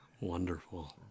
Wonderful